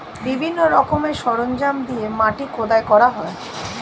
বিভিন্ন রকমের সরঞ্জাম দিয়ে মাটি খোদাই করা হয়